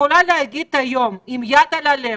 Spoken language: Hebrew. יכולה להגיד היום עם יד על הלב,